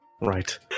Right